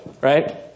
right